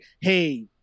hey